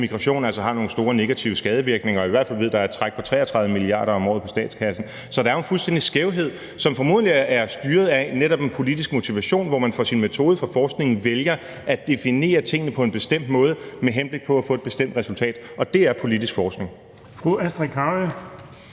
migration altså har nogle store negative skadevirkninger, og i hvert fald ved, at der er et træk på 33 mia. kr. om året på statskassen. Så der er jo en fuldstændig skævhed, som formodentlig er styret af netop en politisk motivation, hvor man for sin metode for forskningen vælger at definere tingene på en bestemt måde med henblik på at få et bestemt resultat. Og det er politisk forskning.